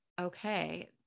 Okay